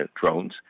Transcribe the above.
drones